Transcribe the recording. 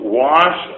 wash